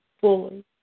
fully